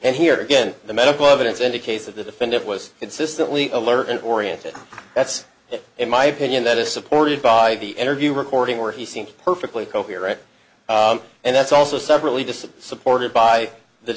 and here again the medical evidence indicates that the defendant was consistently alert and oriented that's in my opinion that is supported by the interview recording where he seems perfectly coherent and that's also separately disappear supported by the